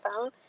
phone